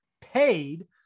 paid